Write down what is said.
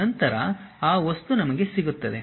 ನಂತರ ಆ ವಸ್ತು ನಮಗೆ ಸಿಗುತ್ತದೆ